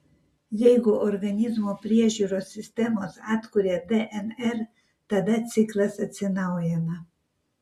jeigu organizmo priežiūros sistemos atkuria dnr tada ciklas atsinaujina